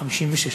56,